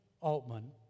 Altman